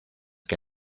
que